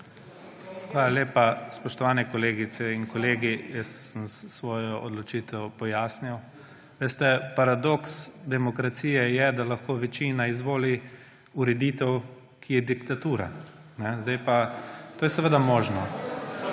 Hvala lepa. Spoštovane kolegice in kolegi, jaz sem svojo odločitev pojasnil. Veste, paradoks demokracije je, da lahko večina izvoli ureditev, ki je diktatura. To je seveda možno.